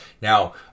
Now